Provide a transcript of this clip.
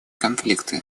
конфликты